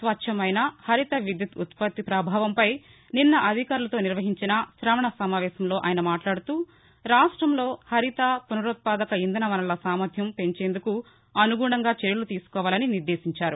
స్వచ్ఛమైన హరిత విద్యుత్తు ఉత్పత్తి ప్రభావంపై నిన్న అధికారులతో నిర్వహించిన శవణ సమావేశంలో ఆయన మాట్లాడుతూరాష్టంలో హరిత ఫునరుత్పాదక ఇంధన వనరుల సామర్థ్యం పెంచేందుకు అనుగుణంగా చర్యలు తీసుకోవాలని నిర్దేశించారు